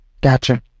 gotcha